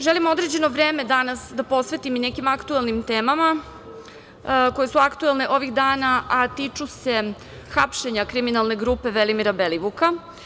Želim ovo vreme danas da posvetim i nekim aktuelnim temama koje su aktuelne ovih dana, a tiču se hapšenja kriminalne grupe Velimira Belivuka.